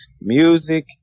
Music